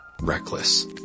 Reckless